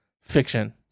fiction